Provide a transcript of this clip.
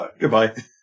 Goodbye